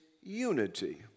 Unity